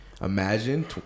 Imagine